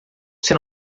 você